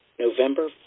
November